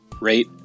rate